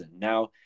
Now